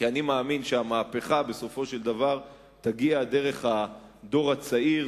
כי אני מאמין שהמהפכה בסופו של דבר תגיע דרך הדור הצעיר,